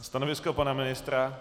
Stanovisko pana ministra?